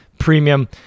premium